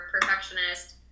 perfectionist